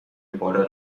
بالا